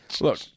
Look